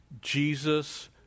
Jesus